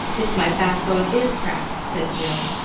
if my backbone is cracked, said jill,